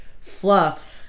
fluff